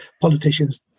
politicians